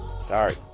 sorry